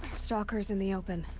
stalkers in the open.